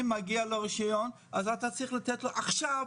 האם מגיע לו רשיון אז אתה צריך לתת לו עכשיו,